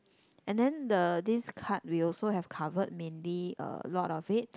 and then the this card we also have covered mainly a lot of it